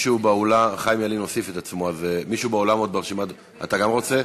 חיים ילין הוסיף את עצמו, אז אתה גם רוצה?